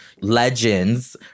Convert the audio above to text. legends